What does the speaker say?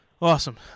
Awesome